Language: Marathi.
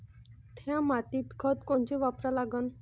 थ्या मातीत खतं कोनचे वापरा लागन?